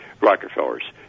Rockefellers